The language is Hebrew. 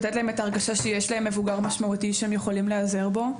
לתת להם את ההרגשה שיש להם מבוגר משמעותי שהם יכולים להיעזר בו.